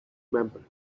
member